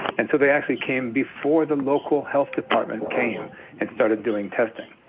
and so they actually came before the local health department came and started doing testing.